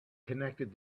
connected